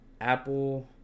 Apple